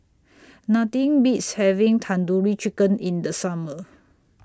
Nothing Beats having Tandoori Chicken in The Summer